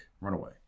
Runaway